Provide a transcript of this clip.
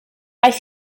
aeth